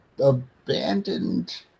abandoned